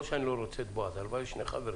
לא שאני לא רוצה את בועז הלוואי שיהיו שני חברים